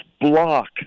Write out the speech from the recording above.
block